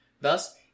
Thus